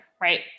Right